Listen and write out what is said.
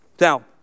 Now